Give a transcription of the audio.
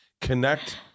connect